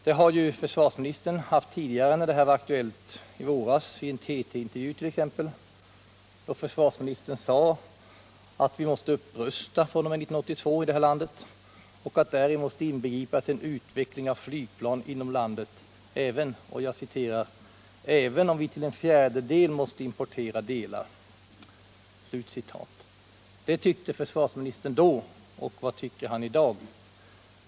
Det har försvarsministern haft tidigare när frågan varit aktuell, t.ex. i våras i en TT-intervju, då försvarsministern sade att vi här i landet måste upprusta fr.o.m. 1982 och att däri måste inbegripas en utveckling av flygplan inom landet ”-—-—- även om vi till en fjärdedel måste importera delar -—--”. Det tyckte försvarsministern då. Och vad tycker han i dag?